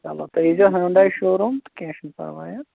چلو تُہۍ ییٖزیٚو ہٲنٛڈاے شُوروٗم تہٕ کیٚنٛہہ چھُنہٕ پَرواے حظ